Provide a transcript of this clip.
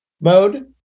mode